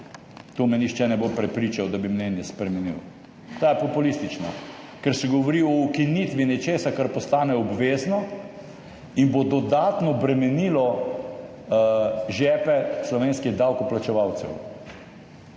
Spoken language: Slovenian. To me nihče ne bo prepričal, da bi mnenje spremenil. Ta je populistična, ker se govori o ukinitvi nečesa, kar postane obvezno in bo dodatno bremenilo žepe slovenskih davkoplačevalcev.